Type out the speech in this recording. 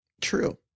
true